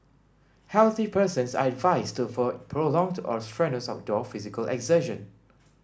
healthy persons are advised to avoid prolonged or strenuous outdoor physical exertion